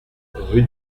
rue